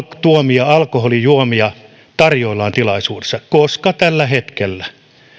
tuomia alkoholijuomia tarjoillaan tilaisuudessa koska tällä hetkellä